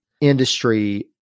industry